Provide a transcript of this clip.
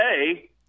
hey